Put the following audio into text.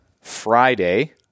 Friday